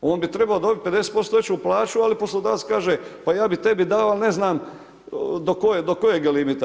On bi trebao dobiti 50% veću plaću, ali poslodavac kaže, pa ja bi tebi dao, ali ne znam do kojeg limita.